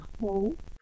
hope